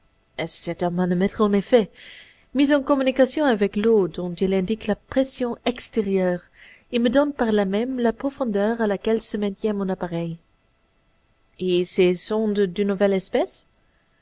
c'est un manomètre en effet mis en communication avec l'eau dont il indique la pression extérieure il me donne par là même la profondeur à laquelle se maintient mon appareil et ces sondes d'une nouvelle espèce